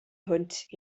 hwnt